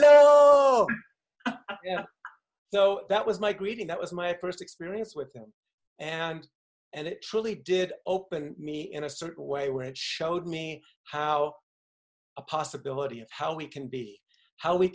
so that was like reading that was my first experience with him and and it truly did open me in a certain way where it showed me how a possibility how we can be how we